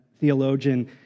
theologian